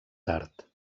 tard